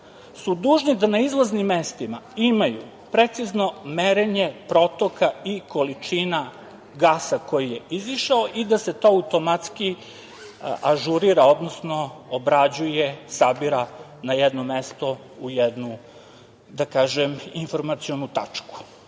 su dužni da na izlaznim mestima imaju precizno merenje protoka i količina gasa koji je izašao i da se to automatski ažurira, odnosno obrađuje, sabira na jedno mesto u jednu, da kažem, informacionu tačku. Kažem,